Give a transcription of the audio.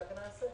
ואנחנו נעשה,